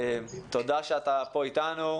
תודה שאתה אתנו,